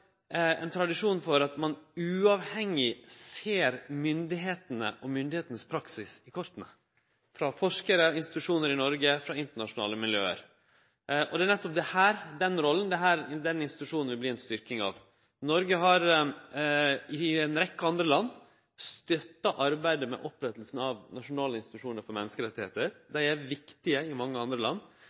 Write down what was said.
ein tradisjon for at uavhengige – forskarar, institusjonar i Noreg og internasjonale miljø – ser myndigheitene og praksisen deira i korta. Det er nettopp dette, den rolla, denne institusjonen vil verte ei styrking av. Noreg har i ei rekkje andre land støtta arbeidet med opprettinga av nasjonale institusjonar for menneskerettar. Dei er viktige i mange andre land.